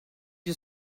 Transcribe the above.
you